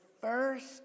first